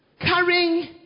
carrying